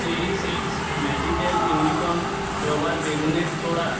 CherishX magical unicorn rubber বেলুনের তোড়া